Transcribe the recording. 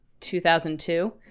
2002